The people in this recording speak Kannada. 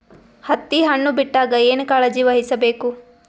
ಹತ್ತಿ ಹಣ್ಣು ಬಿಟ್ಟಾಗ ಏನ ಕಾಳಜಿ ವಹಿಸ ಬೇಕು?